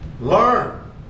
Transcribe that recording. Learn